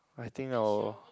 I think I'll